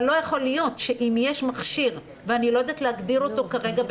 אבל לא יכול להיות שאם יש מכשיר ואני לא יודעת להגדיר אותו כרגע,